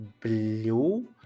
blue